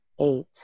eight